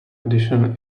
edition